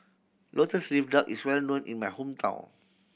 Lotus Leaf Duck is well known in my hometown